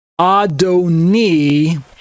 adoni